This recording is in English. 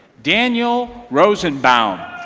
daniel rosenbaum.